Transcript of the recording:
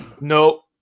no